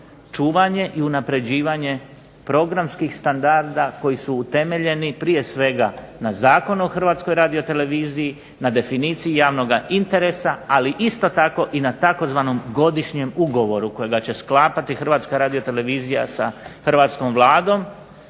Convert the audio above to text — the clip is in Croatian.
čuvanje i unapređivanje programskih standarda koji su utemeljeni prije svega na Zakonu o Hrvatskoj radioteleviziji, na definiciji javnoga interesa, ali isto tako i na tzv. godišnjem ugovoru kojega će sklapati Hrvatska radiotelevizija sa hrvatskom Vladom